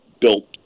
built